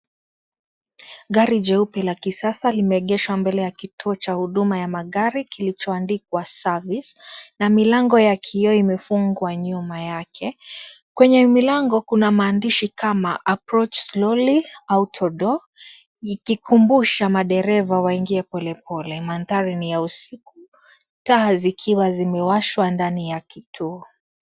Gari jeupe la kisasa limeegesha mbele ya kituo cha huduma ya magari kilichoandikwa (cs)service(cs), na milango ya kioo imefungwa nyuma yake, kwenye milango kuna maandishi kama, (cs) approach slowly, auto door(cs), ikikumbusha madereva waingie polepole, mandhari ni ya usiku, taa zikiwa zimewashwa ndani ya kituo.